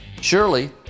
Surely